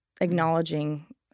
acknowledging